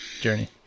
journey